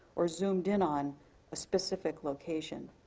or zoomed in on a specific location.